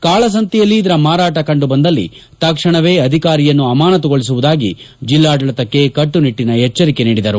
ಕಾಳಸಂತೆಯಲ್ಲಿ ಇದರ ಮಾರಾಟ ಕಂಡುಬಂದಲ್ಲಿ ತಕ್ಷಣವೇ ಅಧಿಕಾರಿಯನ್ನು ಅಮಾನತುಗೊಳಿಸುವುದಾಗಿ ಜಿಲ್ಲಾಡಳಿತಕ್ಕೆ ಕಟ್ಟುನಿಟ್ಟಿನ ಎಚ್ತರಿಕೆ ನೀಡಿದರು